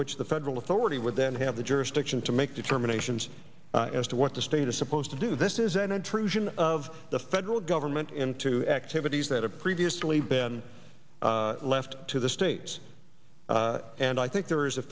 which the federal authority would then have the jurisdiction to make determinations as to what the state a supposed to do this is an intrusion of the federal government into activities that have previously been left to the states and i think there is a